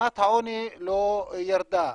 רמת העוני לא ירדה.